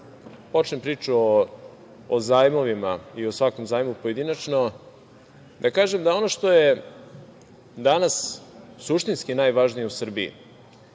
počnem priču o zajmovima i o svakom zajmu pojedinačno da kažem da ono što je danas suštinski najvažnije u Srbiji,